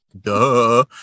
Duh